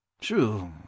True